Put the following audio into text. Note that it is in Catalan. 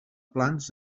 plans